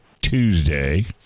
Tuesday